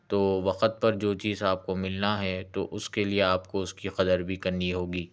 تو وقت پر جو چیز آپ کو ملنا ہے تو اس کے لیے آپ کو اس کی قدر بھی کرنی ہوگی